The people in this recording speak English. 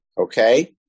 Okay